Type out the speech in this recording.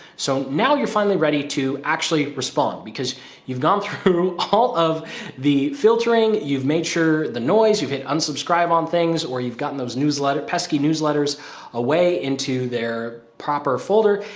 so now you're finally ready to actually respond because you've gone through all of the filtering. you've made sure the noise you've hit unsubscribe on things, or you've gotten those newsletter pesky newsletters away into their proper folder.